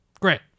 Great